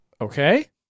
Okay